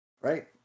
right